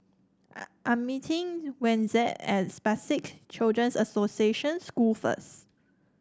I'm meeting Wenzel at Spastic Children's Association School first